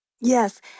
Yes